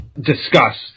discussed